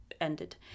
ended